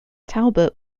talbot